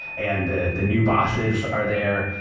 and the the new bosses are there,